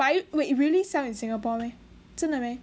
are you wait really sell in singapore meh 真的 meh